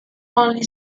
only